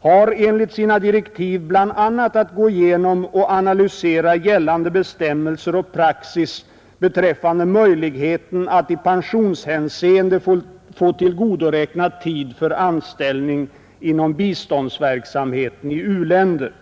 har enligt sina direktiv bl.a. att gå igenom och analysera gällande bestämmelser och praxis beträffande möjligheten att i pensionshänseende få tillgodoräkna tid för anställning inom biståndsverksamheten i u-länder.